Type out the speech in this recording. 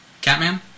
Catman